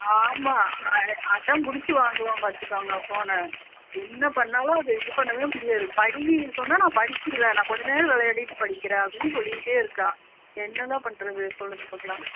ஆமாம் அடம்பிடிச்சி வாங்குவான் பார்த்துக்கோங்க ஃபோனை என்ன பண்ணாலும் அதை இது பண்ணவே முடியாது படின்னு சொன்னா நான் படிச்சிவிடுவேன் நான் கொஞ்ச நேரம் விளையாடிட்டு படிக்கிறேன் அப்படின்னு சொல்லிகிட்டே இருக்கான் என்ன தான் பண்ணுறது சொல்லுங்கள் பார்க்கலாம்